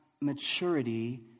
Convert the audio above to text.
maturity